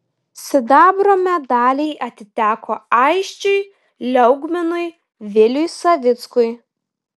sidabro medaliai atiteko aisčiui liaugminui viliui savickui